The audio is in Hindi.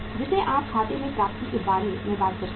जैसे आप खाते की प्राप्ति के बारे में बात करते हैं